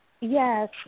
Yes